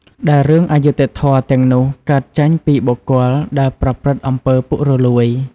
ដែលរឿងអយុត្ដិធម៌ទាំងនោះកើតចេញពីបុគ្គលដែលប្រព្រឹត្ដិអំពើរពុករលួយ។